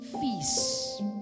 feast